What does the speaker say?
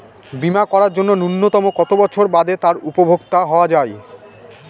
বীমা করার জন্য ন্যুনতম কত বছর বাদে তার উপভোক্তা হওয়া য়ায়?